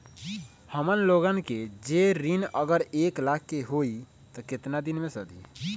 हमन लोगन के जे ऋन अगर एक लाख के होई त केतना दिन मे सधी?